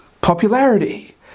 popularity